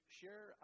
share